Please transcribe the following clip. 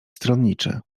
stronniczy